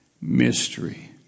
Mystery